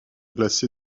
glacé